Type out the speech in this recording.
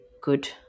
good